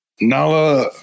Nala